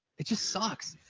it just sucks.